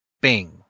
bing